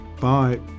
bye